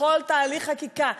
בכל תהליך חקיקה.